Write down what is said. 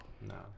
no